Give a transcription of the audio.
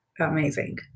amazing